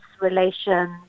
relations